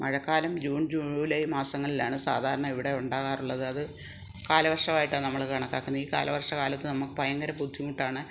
മഴക്കാലം June July മാസങ്ങളിലാണ് സാധാരണ ഇവിടെ ഉണ്ടാകാറുള്ളത് അത് കാലവർഷമായിട്ടാണ് നമ്മൾ കണക്കാക്കുന്നത് ഈ കാലവർഷകാലത്ത് നമുക്ക് ഭയങ്കര ബുദ്ധിമുട്ടാണ്